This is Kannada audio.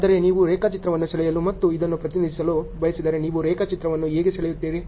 ಆದರೆ ನೀವು ರೇಖಾಚಿತ್ರವನ್ನು ಸೆಳೆಯಲು ಮತ್ತು ಇದನ್ನು ಪ್ರತಿನಿಧಿಸಲು ಬಯಸಿದರೆ ನೀವು ರೇಖಾಚಿತ್ರವನ್ನು ಹೇಗೆ ಸೆಳೆಯುತ್ತೀರಿ